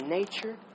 nature